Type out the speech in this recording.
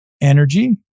energy